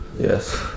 Yes